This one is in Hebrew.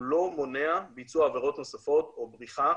הוא לא מונע ביצוע עבירות נוספות או בריחה.